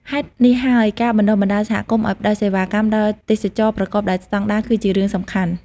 ហេតុនេះហើយ ការបណ្ដុះបណ្ដាលសហគមន៍ឱ្យផ្ដល់សេវាកម្មដល់ទេសចរណ៍ប្រកបដោយស្តង់ដារ គឺជារឿងសំខាន់។